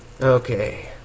Okay